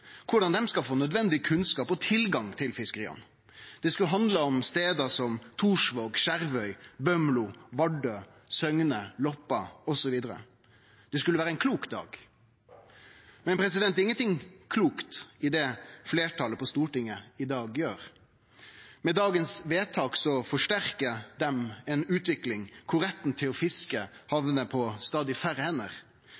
korleis dei skal få nødvendig kunnskap om og tilgang til fiskeria. Det skulle ha handla om stader som Torsvåg, Skjervøy, Bømlo, Vardø, Søgne, Loppa osv. Det skulle ha vore ein klok dag. Men det er ingenting klokt i det fleirtalet på Stortinget i dag gjer. Med vedtaket av i dag forsterkar dei ei utvikling kor retten til å fiske